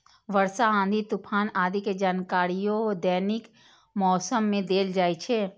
वर्षा, आंधी, तूफान आदि के जानकारियो दैनिक मौसम मे देल जाइ छै